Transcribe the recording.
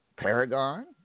Paragon